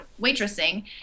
waitressing